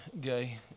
Gay